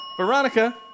Veronica